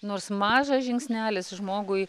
nors mažas žingsnelis žmogui